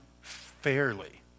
fairly